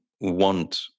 want